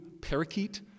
Parakeet